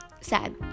sad